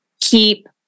keep